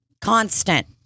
Constant